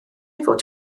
fod